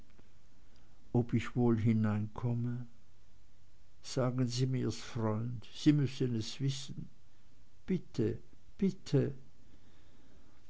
ob ich wohl hineinkomme sagen sie mir's freund sie müssen es wissen bitte bitte